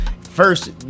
First